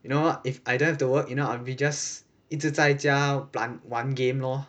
you know if I don't have to work you know I'd be just 一直在家玩 game lor